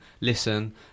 listen